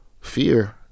fear